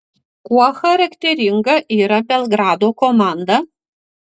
kuo charakteringa yra belgrado komanda